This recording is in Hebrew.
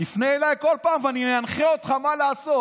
תפנה אליי כל פעם ואני אנחה אותך מה לעשות.